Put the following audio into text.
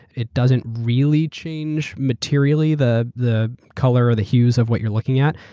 it doesn't really change materially the the color or the hues of what you're looking at,